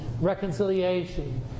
reconciliation